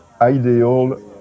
ideal